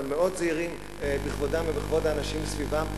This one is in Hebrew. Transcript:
אבל מאוד זהירים בכבודם ובכבוד האנשים סביבם.